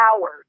hours